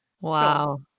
Wow